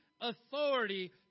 authority